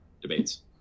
debates